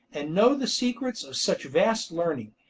and know the secrets of such vast learning,